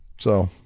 so,